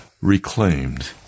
reclaimed